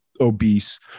obese